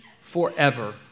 forever